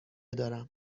دارم